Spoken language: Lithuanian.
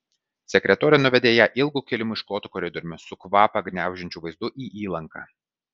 sekretorė nuvedė ją ilgu kilimu išklotu koridoriumi su kvapą gniaužiančiu vaizdu į įlanką